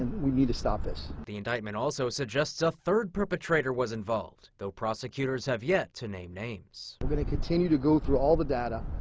we need to stop this. the indictment also suggests a third perpetrator was involved. though prosecutors have yet to name names derbes we're going to continue to go through all the data,